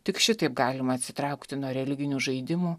tik šitaip galima atsitraukti nuo religinių žaidimų